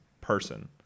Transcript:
person